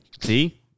See